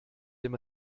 dem